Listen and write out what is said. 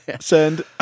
Send